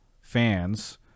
fans